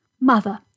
Mother